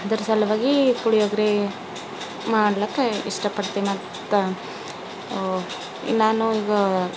ಅದರ ಸಲುವಾಗಿ ಪುಳಿಯೋಗರೆ ಮಾಡ್ಲಿಕ್ಕೆ ಇಷ್ಟಪಡ್ತೀನಿ ಅಂತ ನಾನು ಈಗ